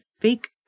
fake